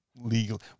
legal